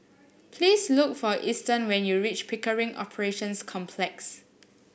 please look for Easton when you reach Pickering Operations Complex